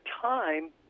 time